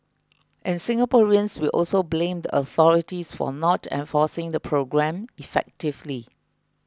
and Singaporeans will also blame the authorities for not enforcing the program effectively